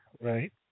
right